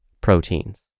proteins